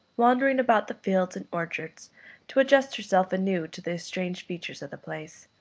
wandering about the fields and orchards to adjust herself anew to the estranged features of the place.